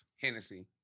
Hennessy